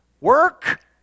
Work